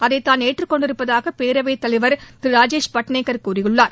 அதை தான் ஏற்றுக்கொண்டிருப்பதாக பேரவைத்தலைவர் திரு ராஜேஷ் பட்நேகர் கூறியுள்ளார்